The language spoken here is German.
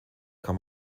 kann